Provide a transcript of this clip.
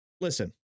Listen